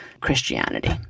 Christianity